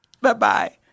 Bye-bye